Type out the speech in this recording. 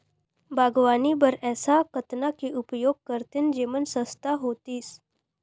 बागवानी बर ऐसा कतना के उपयोग करतेन जेमन सस्ता होतीस?